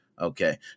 Okay